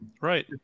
right